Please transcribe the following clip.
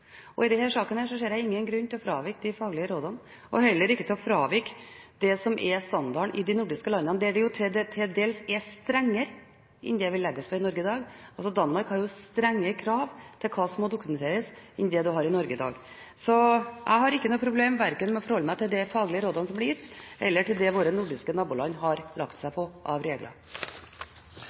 I denne saken ser jeg ingen grunn til å fravike de faglige rådene, og heller ingen grunn til å fravike det som er standarden i de nordiske landene, som til dels er strengere enn det vi legger oss på i Norge i dag. Danmark har strengere krav til hva som må dokumenteres, enn det vi har i Norge i dag. Jeg har ikke noen problemer med å forholde meg til verken de faglige rådene som blir gitt eller det våre nordiske naboland har lagt seg på av regler.